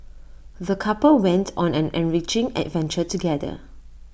the couple went on an enriching adventure together